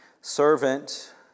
Servant